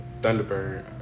Thunderbird